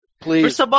Please